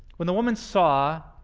when the woman saw,